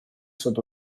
sud